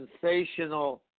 sensational